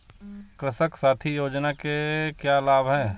कृषक साथी योजना के क्या लाभ हैं?